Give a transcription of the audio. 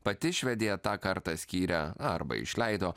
pati švedija tą kartą skyrė arba išleido